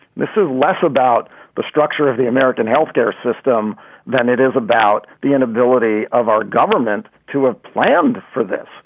this is less about the structure of the american health care system than it is about the inability of our government to have planned for this,